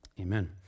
Amen